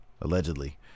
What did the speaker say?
allegedly